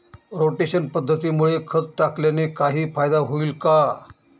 Rotation पद्धतीमुळे खत टाकल्याने काही फायदा होईल का?